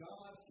God